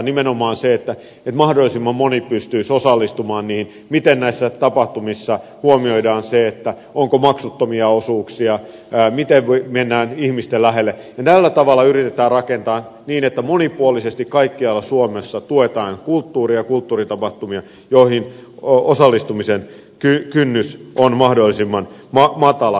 nimenomaan se että mahdollisimman moni pystyisi osallistumaan niihin miten näissä tapahtumissa huomioidaan se onko maksuttomia osuuksia miten mennään ihmisten lähelle ja tällä tavalla yritetään rakentaa niin että monipuolisesti kaikkialla suomessa tuetaan kulttuuria kulttuuritapahtumia joihin osallistumisen kynnys on mahdollisimman matala